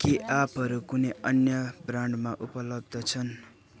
के आँपहरू कुनै अन्य ब्रान्डमा उपलब्ध छन्